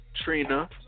Trina